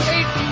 Eight